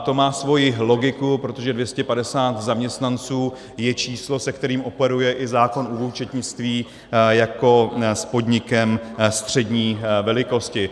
To má svoji logiku, protože 250 zaměstnanců je číslo, se kterým operuje i zákon o účetnictví jako s podnikem střední velikosti.